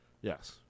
Yes